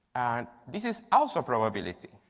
and this is also probability.